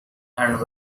and